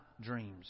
dreams